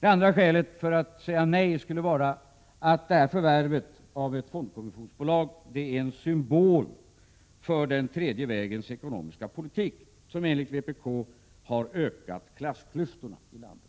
Det andra skälet till att säga nej skulle vara att förvärvet av ett fondkommissionsbolag är en symbol för den tredje vägens ekonomiska politik, som enligt vpk har ökat klassklyftorna i landet.